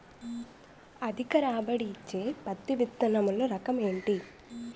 అధిక రాబడి ఇచ్చే పత్తి విత్తనములు రకం ఏంటి?